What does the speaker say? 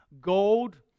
gold